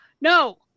no